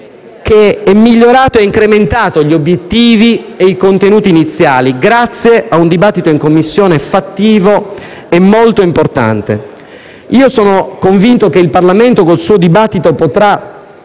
che ha migliorato e incrementato gli obiettivi e i contenuti iniziali grazie ad un dibattito in Commissione fattivo e molto importante. Sono convinto che il Parlamento, con il suo dibattito, potrà